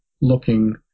looking